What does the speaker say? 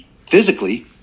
physically